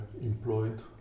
employed